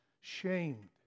shamed